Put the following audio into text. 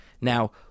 Now